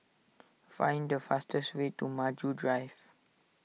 find the fastest way to Maju Drive